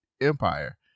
Empire